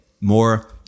more